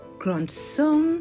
grandson